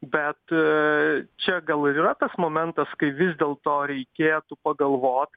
bet čia gal ir yra tas momentas kai vis dėlto reikėtų pagalvot